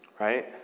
right